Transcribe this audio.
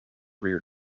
rear